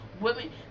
Women